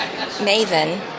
Maven